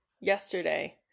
yesterday